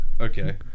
okay